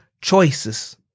choices